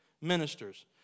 ministers